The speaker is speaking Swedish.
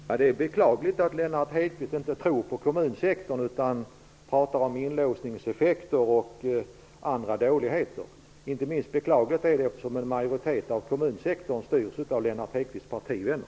Herr talman! Det är beklagligt att Lennart Hedquist inte tror på kommunsektorn utan pratar om inlåsningseffekter och andra dåligheter. Det är beklagligt, inte minst med tanke på att en majoritet av kommunsektorn styrs av Lennart Hedquists partivänner.